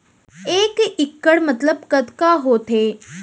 एक इक्कड़ मतलब कतका होथे?